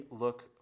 look